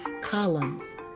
columns